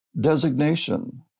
designation